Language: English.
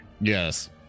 Yes